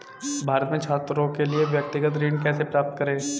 भारत में छात्रों के लिए व्यक्तिगत ऋण कैसे प्राप्त करें?